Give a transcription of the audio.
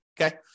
okay